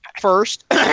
first